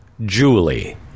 Julie